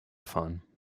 fahren